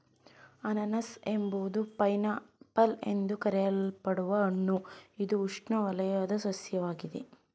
ಅನನಾಸು ಎಂಬುದು pineapple ಎಂದು ಕರೆಯಲ್ಪಡುವ ಹಣ್ಣು ಇದು ಉಷ್ಣವಲಯದ ಸಸ್ಯವಾಗಿದೆ